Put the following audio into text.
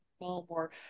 more